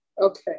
Okay